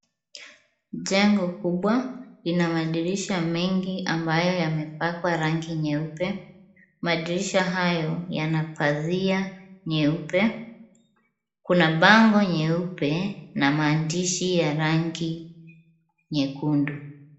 Jengo kubwa, lina madirisha mengi ambayo yamepakwa rangi nyeupe. Madirisha hayo yana pazia nyeupe. Kuna bango nyeupe na maandishi ya rangi nyekundu.